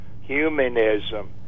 humanism